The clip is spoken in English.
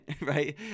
right